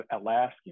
Alaskan